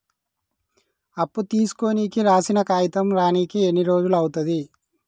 అప్పు తీసుకోనికి రాసిన కాగితం రానీకి ఎన్ని రోజులు అవుతది?